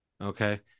Okay